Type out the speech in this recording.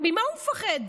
ממה הוא מפחד?